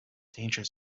danger